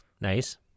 nice